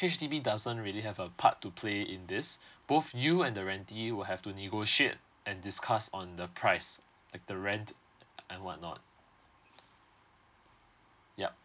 H_D_B doesn't really have a part to play in this both you and the rentier will have to negotiate and discuss on the price like the rent and what not yup